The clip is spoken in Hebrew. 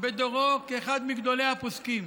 בדורו לאחד מגדולי הפוסקים.